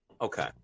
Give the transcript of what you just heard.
okay